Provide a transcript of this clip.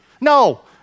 No